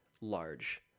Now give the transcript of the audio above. large